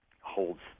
holds